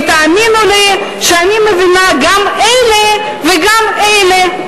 תאמינו לי שאני מבינה גם את אלה וגם את אלה,